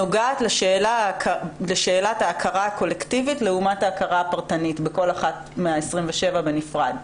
נוגעת לשאלת ההכרה הקולקטיבית לעומת ההכרה הפרטנית לכל אחת מה-27 בנפרד,